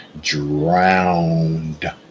drowned